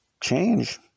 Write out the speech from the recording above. change